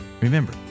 remember